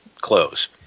close